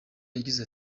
yagize